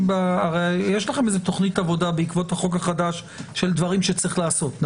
יש לכם תכנית עבודה בעקבות החוק החדש של דברים שצריך לעשות,